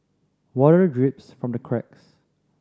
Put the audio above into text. water drips from the cracks